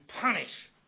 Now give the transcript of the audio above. punish